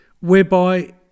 whereby